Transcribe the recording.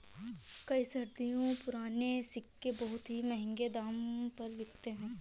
कई सदियों पुराने सिक्के बहुत ही महंगे दाम पर बिकते है